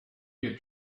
get